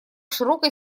широкой